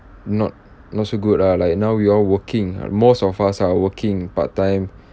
not not so good ah like now we're all working most of us are working part-time